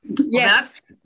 Yes